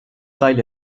weil